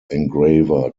engraver